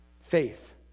Faith